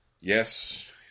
yes